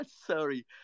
Sorry